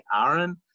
Aaron